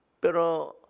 Pero